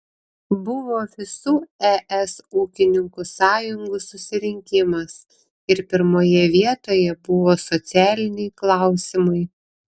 buvo visų es ūkininkų sąjungų susirinkimas ir pirmoje vietoje buvo socialiniai klausimai